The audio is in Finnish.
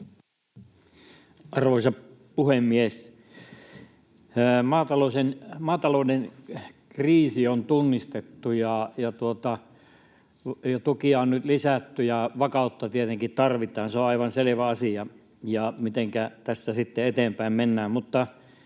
Arvoisa puhemies! Maatalouden kriisi on tunnistettu ja tukia on nyt lisätty. Vakautta tietenkin tarvitaan, se on aivan selvä asia, ja mitenkä tässä sitten eteenpäin mennään.